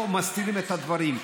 זאת המציאות,